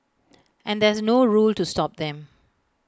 and there's no rule to stop them